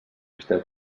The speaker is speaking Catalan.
esteu